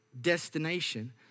destination